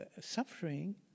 suffering